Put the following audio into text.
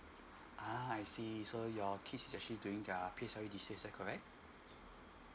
ah I see so your kid is actually doing their pre secondary is that correct